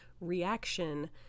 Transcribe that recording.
reaction